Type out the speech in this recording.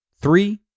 three